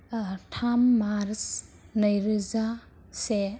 थाम मार्च नैरोजा से